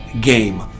game